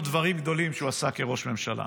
דברים גדולים שהוא עשה כראש ממשלה,